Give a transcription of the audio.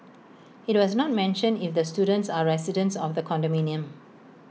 IT was not mentioned if the students are residents of the condominium